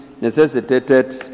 necessitated